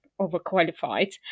overqualified